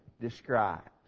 described